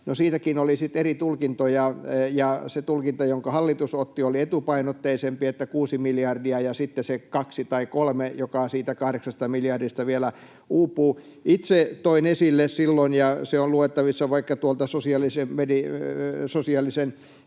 siitäkin oli sitten eri tulkintoja. Se tulkinta, jonka hallitus otti, oli etupainotteisempi: että 6 miljardia ja sitten se 2 tai 3, joka siitä 8 miljardista vielä uupuu. Itse toin esille silloin, ja se on luettavissa vaikka tuolta sosiaalisen